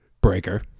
breaker